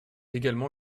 également